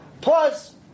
plus